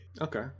Okay